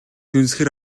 дүнсгэр